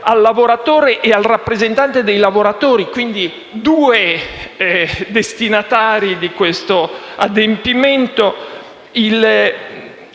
al lavoratore e al rappresentante dei lavoratori - sono dunque ben due i destinatari di questo adempimento